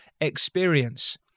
experience